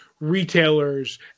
retailers